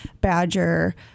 badger